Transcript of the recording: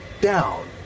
down